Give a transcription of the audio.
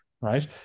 right